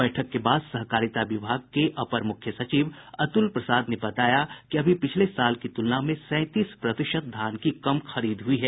बैठक के बाद सहकारिता विभाग के अपर मुख्य सचिव अतुल प्रसाद ने बताया कि अभी पिछले साल की तुलना में सैंतीस प्रतिशत धान की कम खरीद हुई है